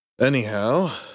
Anyhow